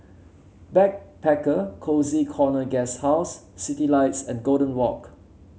Backpacker Cozy Corner Guesthouse Citylights and Golden Walk